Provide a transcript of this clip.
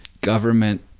government